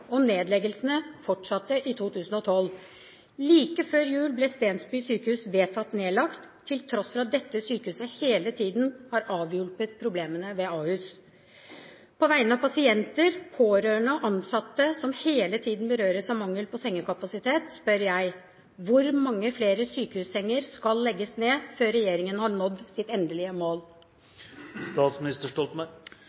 og nedleggelsene fortsatte i 2012. Like før jul ble Stensby sykehus vedtatt nedlagt, til tross for at dette sykehuset hele tiden har avhjulpet problemene ved Ahus. På vegne av pasienter, pårørende og ansatte, som hele tiden berøres av mangel på sengekapasitet, spør jeg: Hvor mange flere sykehussenger skal legges ned før regjeringen har nådd sitt endelige mål?